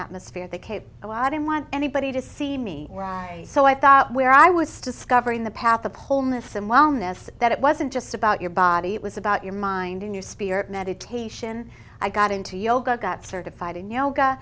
atmosphere the cape a lot in want anybody to see me so i thought where i was discovering the path of wholeness and wellness that it wasn't just about your body it was about your mind in your spirit meditation i got into yoga got certified in yoga